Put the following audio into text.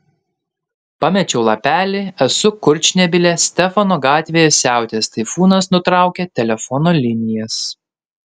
pamečiau lapelį esu kurčnebylė stefano gatvėje siautėjęs taifūnas nutraukė telefono linijas